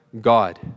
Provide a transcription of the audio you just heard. God